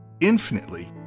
infinitely